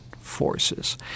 forces